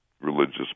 religious